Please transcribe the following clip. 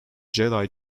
jedi